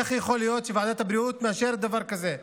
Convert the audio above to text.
איך יכול להיות שוועדת הבריאות מאשרת דבר כזה?